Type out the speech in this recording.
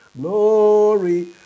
Glory